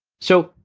so,